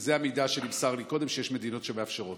זה המידע שנמסר לי קודם, שיש מדינות שמאפשרות.